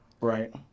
right